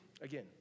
again